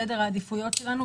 סדר העדיפויות שלנו,